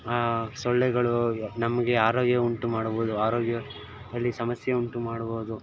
ಸೊಳ್ಳೆಗಳು ನಮಗೆ ಆರೋಗ್ಯ ಉಂಟು ಮಾಡಬಹುದು ಆರೋಗ್ಯ ಅಲ್ಲಿ ಸಮಸ್ಯೆ ಉಂಟು ಮಾಡಬಹುದು